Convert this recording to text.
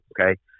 okay